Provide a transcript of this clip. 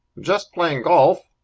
just playing golf.